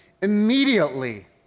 immediately